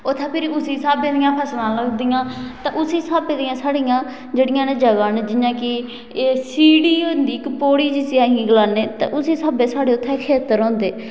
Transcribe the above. उत्थें फिर उसी स्हाबै दियां फसलां लगदियां ते उसी स्हाबै दियां साढ़ियां जेह्ड़ियां न जगहां न जि'यां कि एह् सीढ़ी होंदी इक पौड़ी जिसी अहीं गलाने तां उसी स्हाबै साढ़े उत्थें खेत्तर होंदे